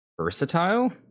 Versatile